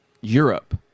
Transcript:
Europe